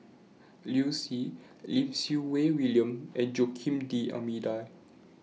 Liu Si Lim Siew Wai William and Joaquim D'almeida